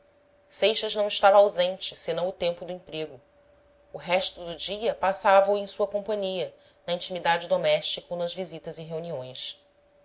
seixas não estava ausente senão o tempo do emprego o resto do dia passava o em sua companhia na intimidade doméstica ou nas visitas e reuniões